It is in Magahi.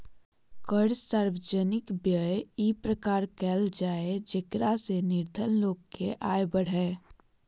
कर सार्वजनिक व्यय इ प्रकार कयल जाय जेकरा से निर्धन लोग के आय बढ़य